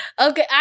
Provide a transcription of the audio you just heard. Okay